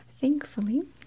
Thankfully